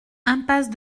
impasse